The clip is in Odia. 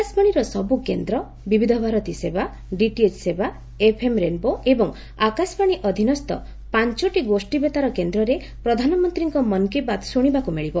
ଆକାଶବାଣୀର ସବୁ କେନ୍ଦ ବିବିଧ ଭାରତୀ ସେବା ଡିଟିଏଚ୍ ସେବା ଏଫଏମ୍ ରେନ୍ବୋ ଏବଂ ଆକାଶବାଶୀ ଅଧୀନସ୍ଥ ପାଞ୍ଚଟି ଗୋଷୀ ବେତାର କେନ୍ଦ୍ରରେ ପ୍ରଧାନମନ୍ତୀଙ୍କ 'ମନ୍ କି ବାତ୍' ଶୁଶିବାକୁ ମିଳିବ